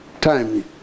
time